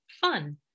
fun